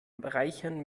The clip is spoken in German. reichern